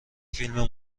فیلم